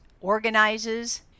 organizes